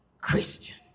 Christian